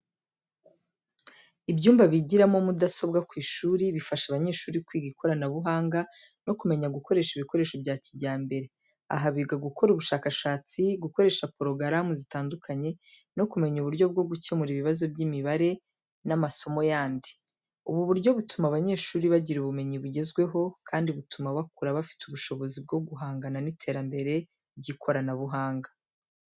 Ibyumba bigiramo mudasobwa ku ishuri bifasha abanyeshuri kwiga ikoranabuhanga no kumenya gukoresha ibikoresho bya kijyambere. Aha biga gukora ubushakashatsi, gukoresha porogaramu zitandukanye no kumenya uburyo bwo gukemura ibibazo by’imibare n’amasomo yandi. Ubu buryo butuma abanyeshuri bagira ubumenyi bugezweho kandi butuma bakura bafite ubushobozi bwo guhangana n’iterambere ry’ikoranabuhanga.